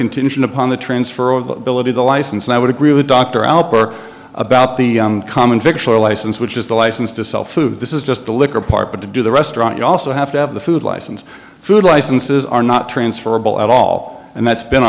contingent upon the transfer of ability the license and i would agree with dr alper about the common picture license which is the license to sell food this is just the liquor part but to do the restaurant you also have to have the food license food licenses are not transferable at all and that's been